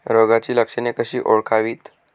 रोगाची लक्षणे कशी ओळखावीत?